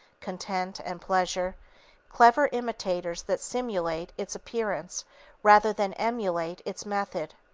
content, and pleasure clever imitators that simulate its appearance rather than emulate its method.